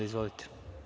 Izvolite.